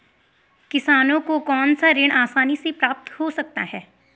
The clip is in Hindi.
किसानों को कौनसा ऋण आसानी से प्राप्त हो सकता है?